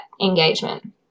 engagement